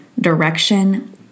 Direction